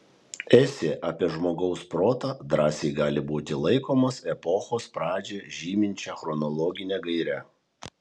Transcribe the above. esė apie žmogaus protą drąsiai gali būti laikomas epochos pradžią žyminčia chronologine gaire